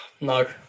No